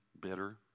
bitter